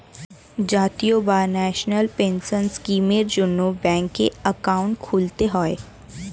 জাতীয় বা national pension স্কিমের জন্যে ব্যাঙ্কে অ্যাকাউন্ট খুলতে হয়